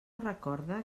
recorde